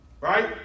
Right